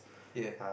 yea